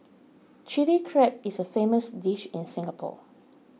Chilli Crab is a famous dish in Singapore